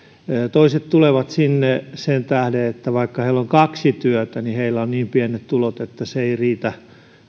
toiset tulevat sinne sen tähden että vaikka heillä on kaksi työtä niin heillä on niin pienet tulot että ne eivät riitä